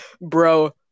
Bro